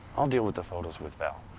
i'll deal with the photos with val.